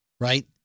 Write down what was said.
Right